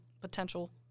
potential